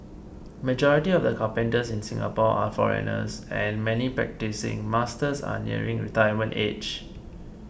majority of the carpenters in Singapore are foreigners and many practising masters are nearing retirement age